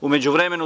U međuvremenu